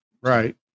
Right